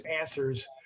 answers